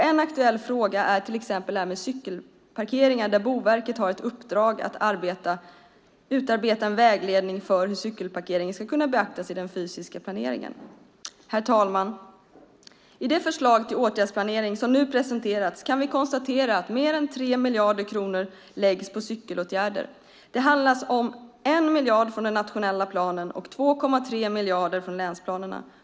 En aktuell fråga är cykelparkeringar där Boverket har ett uppdrag att utarbeta en vägledning för hur cykelparkeringar ska kunna beaktas i den fysiska planeringen. Fru talman! I det förslag till åtgärdsplanering som nu presenterats kan vi konstatera att mer än 3 miljarder kronor läggs på cykelåtgärder. Det handlar om 1 miljard från den nationella planen och 2,3 miljarder från länsplanerna.